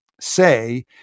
say